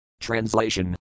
Translation